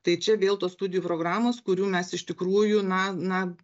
tai čia vėl tos studijų programos kurių mes iš tikrųjų na na